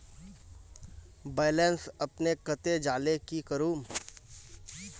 Balance अपने कते जाले की करूम?